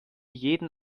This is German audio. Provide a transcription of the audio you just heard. jeden